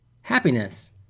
happiness